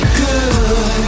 good